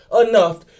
enough